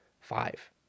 five